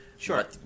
Sure